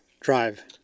drive